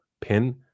pin